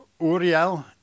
Uriel